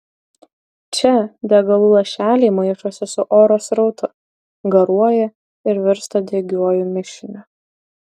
čia degalų lašeliai maišosi su oro srautu garuoja ir virsta degiuoju mišiniu